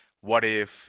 what-if